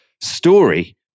story